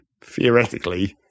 theoretically